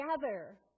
together